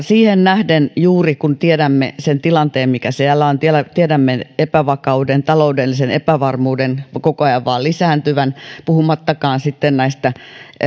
siihen nähden juuri kun tiedämme sen tilanteen mikä siellä on tiedämme epävakauden taloudellisen epävarmuuden koko ajan vain lisääntyvän puhumattakaan sitten näistä